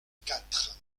quatre